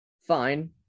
fine